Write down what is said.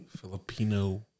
Filipino